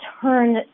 turn